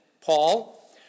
Paul